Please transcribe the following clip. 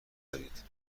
دارید